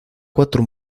cuatro